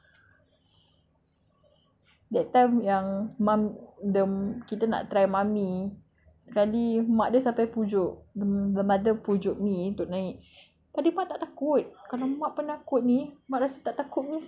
that time yang mam~ yang kita nak try mummy sekali mak dia sampai pujuk the mother pujuk me untuk naik tapi mak tak takut kalau mak penakut ni mak rasa tak takut means it's not scary at all